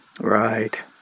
Right